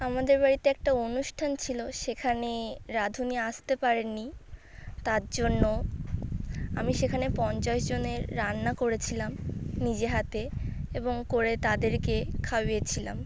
আমাদের বাড়িতে একটা অনুষ্ঠান ছিল সেখানে রাঁধুনি আসতে পারেননি তার জন্য আমি সেখানে পঞ্চাশ জনের রান্না করেছিলাম নিজে হাতে এবং করে তাদেরকে খাইয়েছিলাম